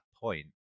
point